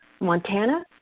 Montana